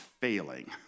failing